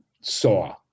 saw